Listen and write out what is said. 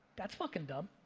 that's fuckin' dumb.